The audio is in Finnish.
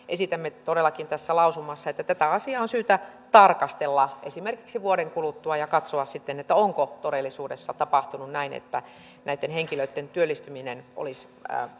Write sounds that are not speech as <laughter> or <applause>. <unintelligible> esitämme todellakin tässä lausumassa että tätä asiaa on syytä tarkastella esimerkiksi vuoden kuluttua ja katsoa sitten onko todellisuudessa tapahtunut näin että näitten henkilöitten työllistyminen olisi